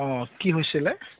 অ কি হৈছিলে